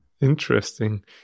Interesting